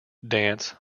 dance